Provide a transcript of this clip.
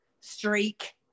streak